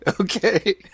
Okay